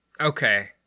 Okay